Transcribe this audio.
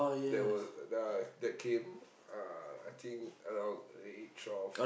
that were uh that came uh I think around the age of